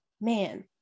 man